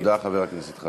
תודה, חבר הכנסת חזן.